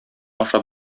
ашап